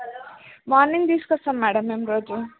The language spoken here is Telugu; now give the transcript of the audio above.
మార్నింగ్ తీసుకొస్తాము మేడం మేము రోజు